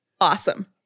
awesome